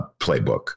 playbook